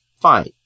fine